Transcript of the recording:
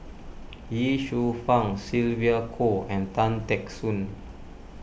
Ye Shufang Sylvia Kho and Tan Teck Soon